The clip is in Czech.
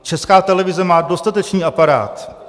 Česká televize má dostatečný aparát.